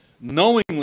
knowingly